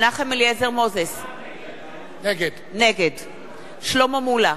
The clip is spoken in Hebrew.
נגד שלמה מולה,